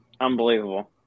Unbelievable